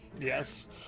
Yes